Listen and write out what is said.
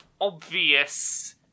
obvious